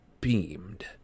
beamed